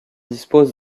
dispose